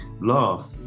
laugh